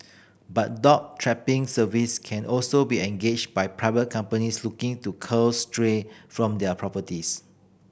but dog trapping service can also be engaged by private companies looking to cull stray from their properties